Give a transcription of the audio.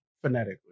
Phonetically